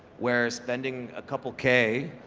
where, spending a couple k,